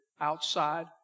outside